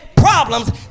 problems